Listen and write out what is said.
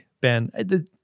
Ben